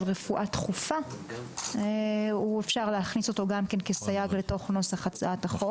רפואה דחופה אפשר להכניס גם אותו לתוך נוסח הצעת החוק,